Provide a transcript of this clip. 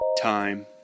Time